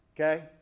okay